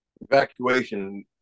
evacuation